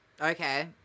Okay